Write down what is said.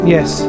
Yes